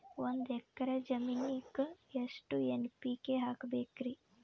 ಒಂದ್ ಎಕ್ಕರ ಜಮೀನಗ ಎಷ್ಟು ಎನ್.ಪಿ.ಕೆ ಹಾಕಬೇಕರಿ?